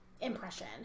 impression